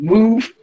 Move